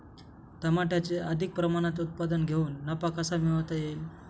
टमाट्याचे अधिक प्रमाणात उत्पादन घेऊन नफा कसा मिळवता येईल?